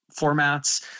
formats